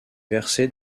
versé